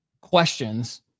questions